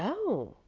oh!